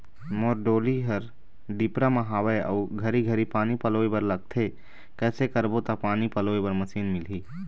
मोर डोली हर डिपरा म हावे अऊ घरी घरी पानी पलोए बर लगथे कैसे करबो त पानी पलोए बर मशीन मिलही?